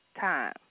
time